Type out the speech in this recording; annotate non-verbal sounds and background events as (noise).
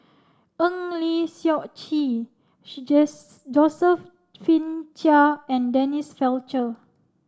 Eng Lee Seok Chee (unintelligible) Josephine Chia and Denise Fletcher